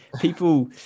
people